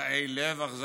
רעי לב, אכזריים,